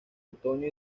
otoño